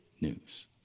news